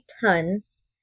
tons